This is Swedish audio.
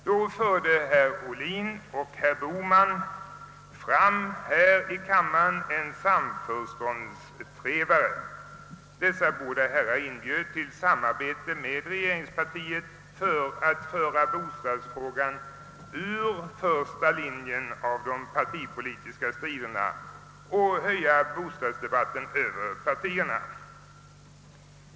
Då förde herr Ohlin och herr Bohman här i kammaren fram en samförståndstrevare. Dessa båda herrar inbjöd till samarbete med regeringspartiet för att föra bostadsfrågan ur första linjen av de partipolitiska striderna och höja bostadsdebatten över partierna.